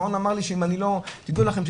המעון אמר לי שתדעו לכם,